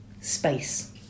space